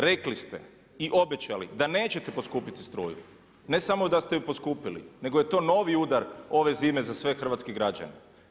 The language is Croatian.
Rekli ste i obećali da nećete poskupiti struju, ne samo da ste ju poskupili nego je to novi udar ove zime za sve hrvatske građane.